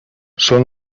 són